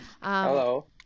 Hello